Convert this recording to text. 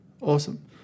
Awesome